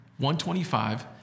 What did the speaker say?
125